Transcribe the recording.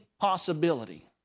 possibility